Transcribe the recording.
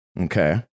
okay